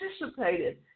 participated